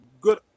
good